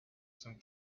some